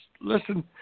listen